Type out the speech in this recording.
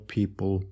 people